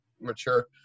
mature